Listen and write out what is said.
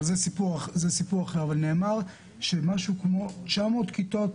נאמר ש-900 כיתות,